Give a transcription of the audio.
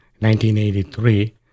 1983